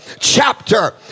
chapter